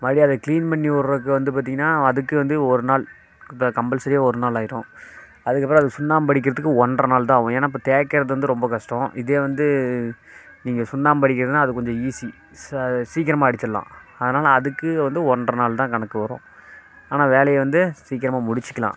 மறுபடியும் அதை க்ளீன் பண்ணி விட்றதுக்கு வந்து பார்த்தீங்கன்னா அதுக்கு வந்து ஒரு நாள் த கம்பல்சரியாக ஒரு நாள் ஆயிடும் அதுக்கப்புறம் அதை சுண்ணாம்பு அடிக்கிறதுக்கு ஒன்றரை நாள் தான் ஆகும் ஏன்னால் இப்போ தேய்க்கிறது வந்து ரொம்ப கஷ்டம் இதே வந்து நீங்கள் சுண்ணாம்பு அடிக்கிறதுனால் அது கொஞ்சம் ஈஸி சா சீக்கிரமாக அடிச்சிடுலாம் அதனால் அதுக்கு வந்து ஒன்றரை நாள் தான் கணக்கு வரும் ஆனால் வேலையை வந்து சீக்கிரமாக முடித்துக்கலாம்